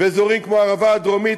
ואזורים כמו הערבה הדרומית,